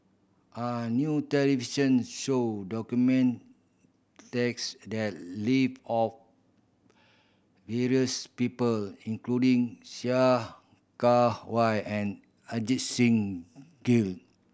a new television show documented text live of various people including Sia Kah Hui and Ajit Singh Gill